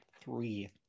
three